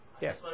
Yes